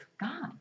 God